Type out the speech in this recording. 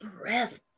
breath